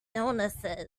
illnesses